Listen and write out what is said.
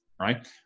right